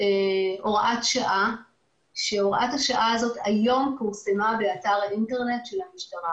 הוראת שעה שפורסמה היום באתר האינטרנט של המשטרה